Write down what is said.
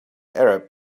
arab